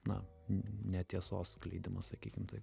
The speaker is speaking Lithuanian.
na netiesos skleidimas sakykim tai